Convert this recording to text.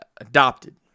adopted